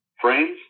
Frames